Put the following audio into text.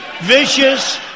vicious